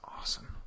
awesome